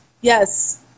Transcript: yes